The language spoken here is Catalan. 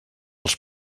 els